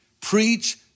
Preach